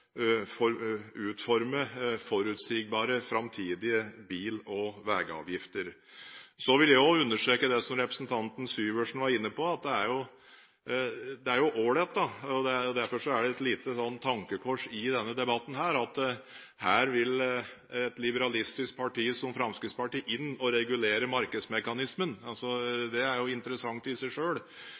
å utforme forutsigbare framtidige bil- og veiavgifter. Så vil jeg også understreke det som representanten Syversen var inne på, at det er jo all right og derfor et lite tankekors i denne debatten at her vil et liberalistisk parti som Fremskrittspartiet inn og regulere markedsmekanismen. Det er jo interessant i seg